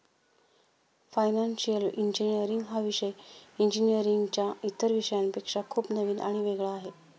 financial engineering हा विषय इंजिनीअरिंगच्या इतर विषयांपेक्षा खूप नवीन आणि वेगळा आहे